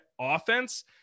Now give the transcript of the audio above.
offense